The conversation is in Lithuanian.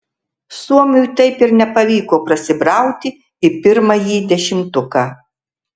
suomiui taip ir nepavyko prasibrauti į pirmąjį dešimtuką